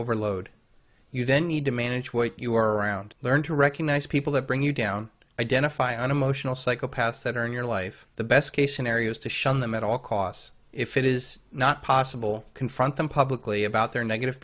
overload you then need to manage what you are around learn to recognize people that bring you down identify unemotional psychopaths that are in your life the best case scenario is to shun them at all costs if it is not possible confront them publicly about their negative